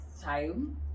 time